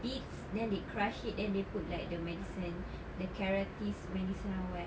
beads then they crush it then they put like the medicine the carotese medicine or what